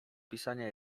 pisania